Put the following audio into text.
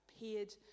appeared